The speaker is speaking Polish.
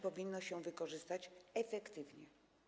Powinno się je wykorzystać efektywnie.